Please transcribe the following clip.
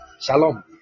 Shalom